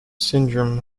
syndrome